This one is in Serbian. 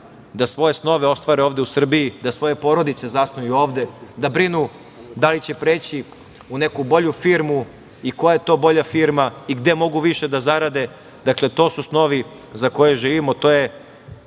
da svoje snove ostvare ovde u Srbiji, da svoje porodice zasnuju ovde, da brinu da li će preći u neku bolju firmu i koja je to bolja firma, gde mogu više da zarade. Dakle, to su snovi za koje živimo, to je